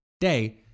day